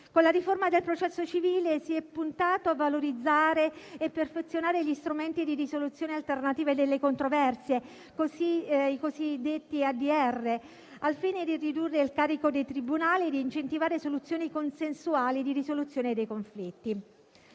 Con la riforma del processo civile si è puntato a valorizzare e a perfezionare gli strumenti di risoluzione alternativa delle controversie (i cosiddetti ADR, Alternative dispute resolution) al fine di ridurre il carico dei tribunali e di incentivare soluzioni consensuali di risoluzione dei conflitti.